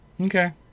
Okay